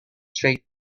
straight